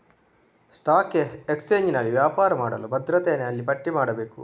stock ಎಕ್ಸ್ಚೇಂಜಿನಲ್ಲಿ ವ್ಯಾಪಾರ ಮಾಡಲು ಭದ್ರತೆಯನ್ನು ಅಲ್ಲಿ ಪಟ್ಟಿ ಮಾಡಬೇಕು